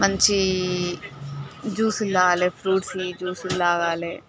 మంచి జ్యూస్లు తాగాలి ఫ్రూట్స్ జ్యూస్లు తాగాలి